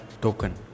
token